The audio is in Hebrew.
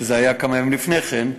זה היה כמה ימים לפני כן,